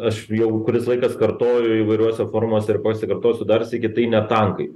aš jau kuris laikas kartoju įvairiuose forumuose ir pasikartosiu dar sykį tai ne tankai